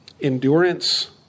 endurance